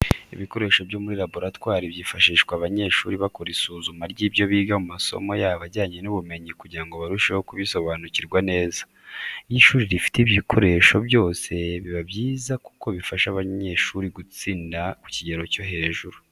Ibikoresho byo muri laboratwari byifashishwa abanyeshuri bakora isuzuma ry'ibyo biga mu masomo yabo ajyanye n'ubumenyi kugira ngo barusheho kubisobanukirwa neza. Iyo ishuri rifite ibi bikoresho byose biba byiza kuko bifasha abanyeshuri gutsinda ku kigero cyo hejuru.